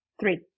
three